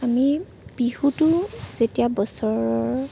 আমি বিহুতো যেতিয়া বছৰৰ